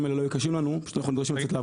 האלה לא היו קשים לנו כשאנחנו נדרשים לצאת לעבוד.